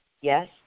Yes